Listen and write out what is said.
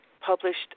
published –